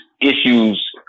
issues